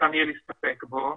שניתן יהיה להסתפק בו,